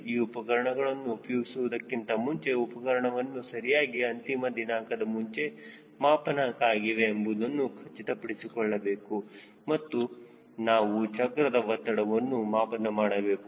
ಈ ಉಪಕರಣವನ್ನು ಉಪಯೋಗಿಸುವುದಕ್ಕಿಂತ ಮುಂಚೆ ಉಪಕರಣವು ಸರಿಯಾಗಿ ಅಂತಿಮ ದಿನಾಂಕದ ಮುಂಚೆ ಮಾಪನಾಂಕ ಆಗಿದೆ ಎಂಬುದನ್ನು ಖಚಿತಪಡಿಸಿಕೊಳ್ಳಬೇಕು ಮತ್ತು ನಾವು ಚಕ್ರದ ಒತ್ತಡವನ್ನು ಮಾಪನ ಮಾಡಬೇಕು